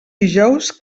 dijous